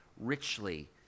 richly